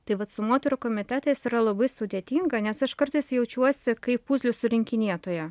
tai vat su moterų komitetais yra labai sudėtinga nes aš kartais jaučiuosi kaip puzlės surinkinėtoja